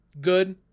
Good